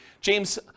James